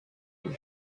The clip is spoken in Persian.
بود